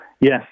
Yes